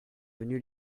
venues